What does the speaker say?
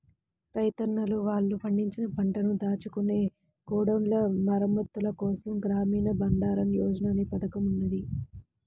రైతన్నలు వాళ్ళు పండించిన పంటను దాచుకునే గోడౌన్ల మరమ్మత్తుల కోసం గ్రామీణ బండారన్ యోజన అనే పథకం ఉన్నది